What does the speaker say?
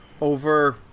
Over